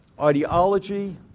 ideology